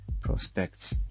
prospects